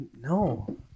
no